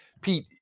Pete